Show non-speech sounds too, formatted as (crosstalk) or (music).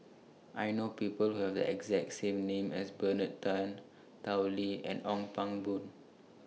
(noise) I know People Who Have The exact same name as Bernard Tan Tao Li and (noise) Ong Pang Boon